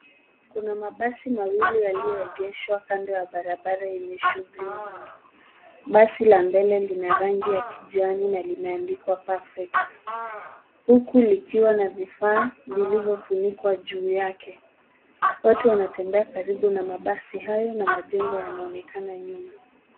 Kuna mabasi mawili yaliyoegeshwa kando ya barabara yenye shughuli nyingi. Basi la mbele lina rangi ya kijani na limeandikwa, perfect, huku likiwa na bidhaa zilizofunikwa juu yake. Watu wanatembea karibu na mabasi hayo na majengo yanaonekana nyuma.